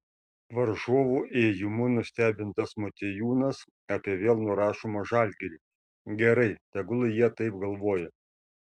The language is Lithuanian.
varžovų ėjimų nustebintas motiejūnas apie vėl nurašomą žalgirį gerai tegul jie taip galvoja